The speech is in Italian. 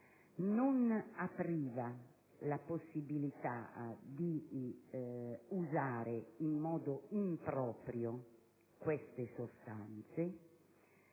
non dava la possibilità di usare in modo improprio queste sostanze,